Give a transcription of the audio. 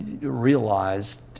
realized